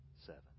seven